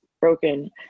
broken